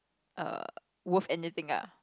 err worth anything ah